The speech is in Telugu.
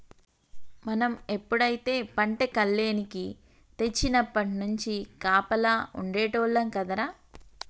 మనం ఎప్పుడైతే పంట కల్లేనికి తెచ్చినప్పట్నుంచి కాపలా ఉండేటోల్లం కదరా